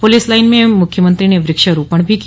police line में मुख्यमंत्री ने वृक्षारोपण भी किया